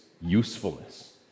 usefulness